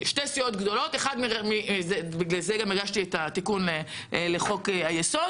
שתי סיעות גדולות בגלל זה גם הגשתי את התיקון לחוק היסוד